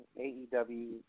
AEW